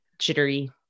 jittery